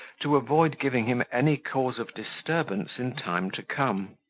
to avoid giving him any cause of disturbance in time to come.